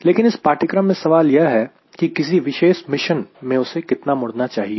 लेकिन इस पाठ्यक्रम में सवाल यह है की किसी विशेष मिशन में उसे कितना मुड़ना चाहिए